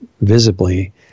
visibly